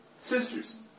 sisters